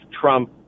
Trump